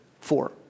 four